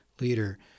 leader